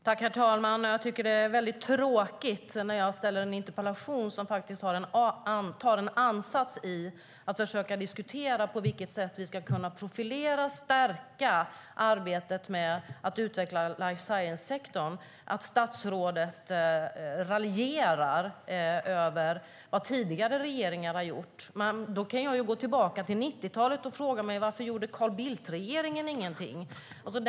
Herr talman! Det är tråkigt när jag ställer en interpellation, som faktiskt har en ansats i att försöka diskutera på vilket sätt vi ska profilera och stärka arbetet med att utveckla life science-sektorn, att statsrådet raljerar över vad tidigare regeringar har gjort. Då kan jag gå tillbaka till 90-talet och fråga mig varför Carl Bildt-regeringen inte gjorde något.